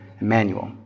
Emmanuel